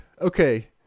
okay